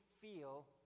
feel